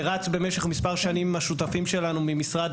ורץ במשך מספר שנים עם השותפים שלנו ממשרד